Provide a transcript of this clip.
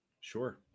Sure